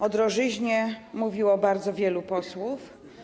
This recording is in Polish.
O drożyźnie mówiło bardzo wielu posłów.